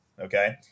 Okay